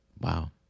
Wow